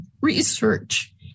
research